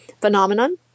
phenomenon